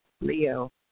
Leo